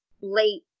late